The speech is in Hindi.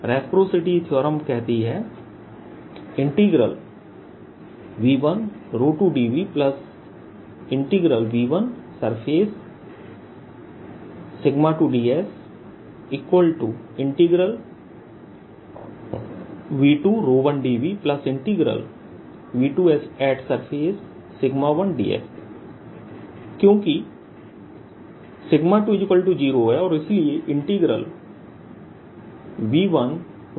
रेसप्रासिटी थीअरम कहती है V12dVV1surface 2dsV21dVV2surface1ds क्योंकि 20 है और इसलिए V12dV0